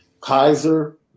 Kaiser